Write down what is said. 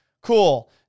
Cool